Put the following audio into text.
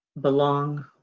belong